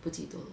不记得了